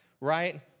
right